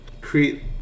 create